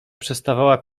przestawała